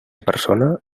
persona